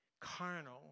carnal